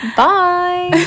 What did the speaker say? bye